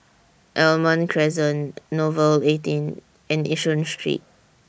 Almond Crescent Nouvel eighteen and Yishun Street